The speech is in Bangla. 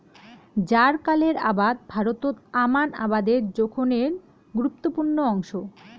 জ্বারকালের আবাদ ভারতত আমান আবাদের জোখনের গুরুত্বপূর্ণ অংশ